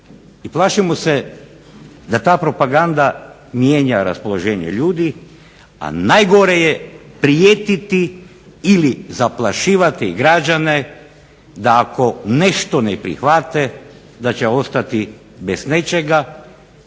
I plašimo se da ta propaganda mijenja raspoloženje ljudi a najgore je prijetiti i zaplašivati građane da ako nešto ne prihvate da će ostati bez nečega,